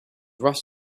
rushed